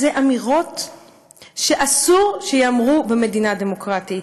אלה אמירות שאסור שייאמרו במדינה דמוקרטית,